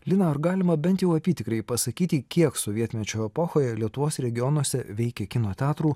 lina ar galima bent jau apytikriai pasakyti kiek sovietmečio epochoje lietuvos regionuose veikė kino teatrų